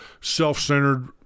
self-centered